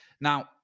Now